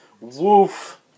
Woof